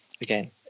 again